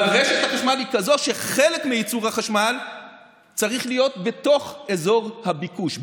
אבל רשת החשמל היא כזאת שחלק מייצור החשמל צריך להיות בתוך אזור הביקוש.